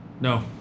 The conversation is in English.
No